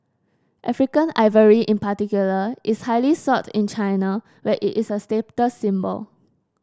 African ivory in particular is highly sought in China where it is a status symbol